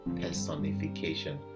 personification